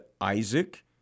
Isaac